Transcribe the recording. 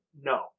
no